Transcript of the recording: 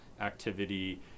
activity